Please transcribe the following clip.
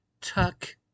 Tuck